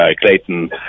Clayton